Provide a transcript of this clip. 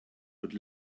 would